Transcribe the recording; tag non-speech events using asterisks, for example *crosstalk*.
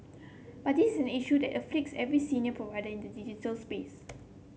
but this an issue that afflicts every *unintelligible* provider the digital space